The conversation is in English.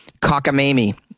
cockamamie